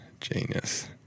genius